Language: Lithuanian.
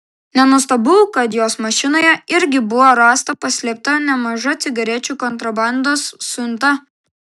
nenuostabu kad jos mašinoje irgi buvo rasta paslėpta nemaža cigarečių kontrabandos siunta